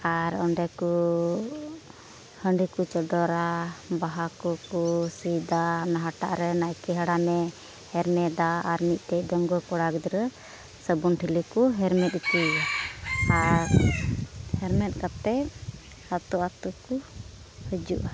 ᱟᱨ ᱚᱸᱰᱮ ᱠᱚ ᱦᱟᱺᱰᱤ ᱠᱚ ᱪᱚᱰᱚᱨᱟ ᱵᱟᱦᱟ ᱠᱚᱠᱚ ᱥᱤᱫᱟ ᱟᱨ ᱚᱱᱟ ᱦᱟᱴᱟᱜ ᱨᱮ ᱱᱟᱭᱠᱮ ᱦᱟᱲᱟᱢᱮ ᱦᱮᱨᱢᱮᱫᱟ ᱟᱨ ᱢᱤᱫᱴᱮᱡ ᱰᱟᱺᱜᱩᱣᱟᱹ ᱠᱚᱲᱟ ᱜᱤᱫᱽᱨᱟᱹ ᱥᱟᱹᱜᱩᱱ ᱴᱷᱤᱞᱤ ᱠᱚ ᱦᱮᱨᱢᱮᱫ ᱦᱚᱪᱚᱭᱮᱭᱟ ᱟᱨ ᱦᱮᱨᱢᱮᱫ ᱠᱟᱛᱮᱫ ᱟᱹᱛᱩ ᱟᱹᱛᱩ ᱠᱚ ᱦᱤᱡᱩᱜᱼᱟ